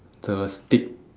the stick